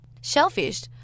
Shellfish